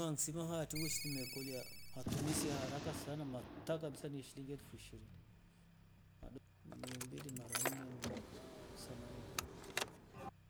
Hamsima hatu weshilimia kolia matumizi ya haraka sana mata kabisa ni shilingi elfu ishirini mia mbili mara nne ni ngapiwa elfu samanini